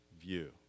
view